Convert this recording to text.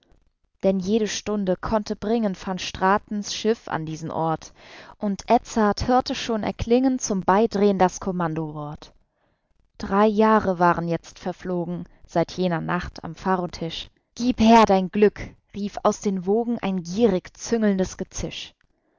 denn jede stunde konnte bringen van stratens schiff an diesen ort und edzard hörte schon erklingen zum beidrehn das kommandowort drei jahre waren jetzt verflogen seit jener nacht am pharotisch gieb her dein glück rief aus den wogen ein gierig züngelndes gezisch